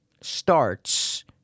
starts